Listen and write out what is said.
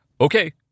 Okay